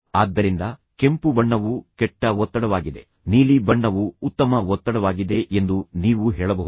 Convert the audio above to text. ಆದ್ದರಿಂದ ಕೆಂಪು ಬಣ್ಣವು ಕೆಟ್ಟ ಒತ್ತಡವಾಗಿದೆ ನೀಲಿ ಬಣ್ಣವು ಉತ್ತಮ ಒತ್ತಡವಾಗಿದೆ ಎಂದು ನೀವು ಹೇಳಬಹುದು